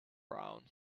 brown